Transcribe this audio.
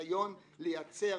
הניסיון לייצר